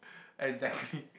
exactly